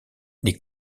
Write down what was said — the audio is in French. les